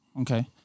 okay